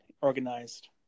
organized